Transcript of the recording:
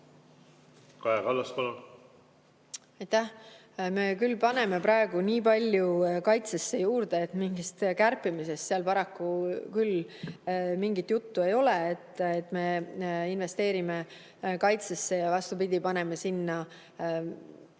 Kaja Kallas, palun! Aitäh! Me küll paneme praegu nii palju kaitsesse juurde, et mingist kärpimisest seal paraku mingit juttu ei ole. Me investeerime kaitsesse, vastupidi, paneme sinna suured